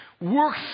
work